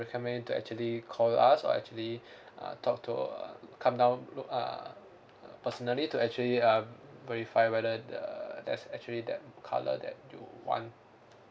recommend you to actually call us or actually uh talk to uh come down look err uh personally to actually um verify whether the there's actually that colour that you want